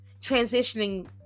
transitioning